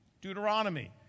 Deuteronomy